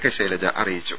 K Shailaja അറിയിച്ചു